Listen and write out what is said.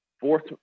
fourth